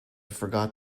forgot